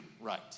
right